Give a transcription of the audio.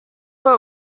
were